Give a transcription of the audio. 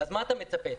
מה אתה מצפה?